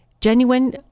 genuine